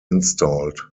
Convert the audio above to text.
installed